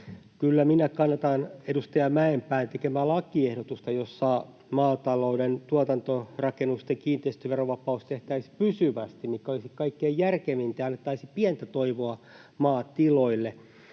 kannatan edustaja Mäenpään tekemää lakiehdotusta, jossa maatalouden tuotantorakennusten kiinteistöverovapaus tehtäisiin pysyvästi, mikä olisi kaikkein järkevintä ja annettaisiin pientä toivoa maatiloille,